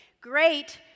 great